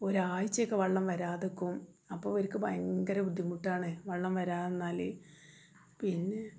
ഒരാഴ്ചയൊക്കെ വെള്ളം വരാതിരിക്കും അപ്പോൾ ഇവർക്ക് ഭയങ്കര ബുദ്ധിമുട്ടാണ് വെള്ളം വരാതിരുന്നാൽ പിന്നെ